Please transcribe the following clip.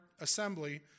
assembly